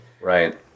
Right